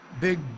big